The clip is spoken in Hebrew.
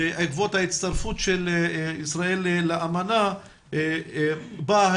בעקבות ההצטרפות של ישראל לאמנה באה